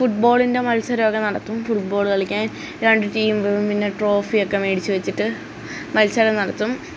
ഫുട് ബോളിൻ്റെ മത്സരമൊക്കെ നടത്തും ഫുട് ബോൾ കളിക്കാൻ രണ്ടു ടീമുകളും പിന്നെ ട്രോഫിയൊക്കെ മേടിച്ചു വെച്ചിട്ട് മത്സരം നടത്തും